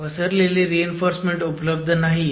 पसरलेली रीइन्फोर्समेंट उपलब्ध नाहीये